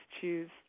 choose